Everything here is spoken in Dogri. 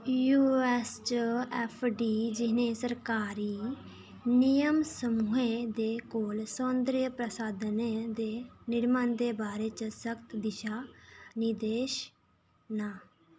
यू एस च एफ डी जि'नें सरकारी नियम समूहें दे कोल सौन्दर्य प्रसाधनें दे निर्माण दे बारे च सख्त दिशा निर्देश ना